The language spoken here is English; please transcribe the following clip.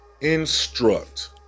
Instruct